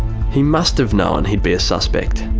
he must've known he'd be a suspect.